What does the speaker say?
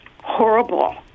horrible